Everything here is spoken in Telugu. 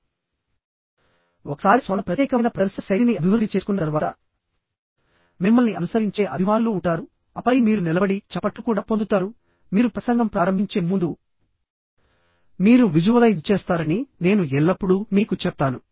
మరియు ఒకసారి మీరు మీ స్వంత ప్రత్యేకమైన ప్రదర్శన శైలిని అభివృద్ధి చేసుకున్న తర్వాత మిమ్మల్ని అనుసరించే అభిమానులు ఉంటారు ఆపై మీరు నిలబడి చప్పట్లు కూడా పొందుతారు మీరు ప్రసంగం ప్రారంభించే ముందు మీరు విజువలైజ్ చేస్తారని నేను ఎల్లప్పుడూ మీకు చెప్తాను